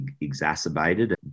exacerbated